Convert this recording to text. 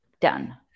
Done